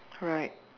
alright